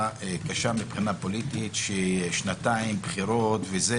שהייתה קשה מבחינה פוליטית, שנתיים בחירות וכו',